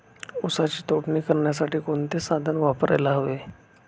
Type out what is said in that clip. ऊसाची तोडणी करण्यासाठी कोणते साधन वापरायला हवे?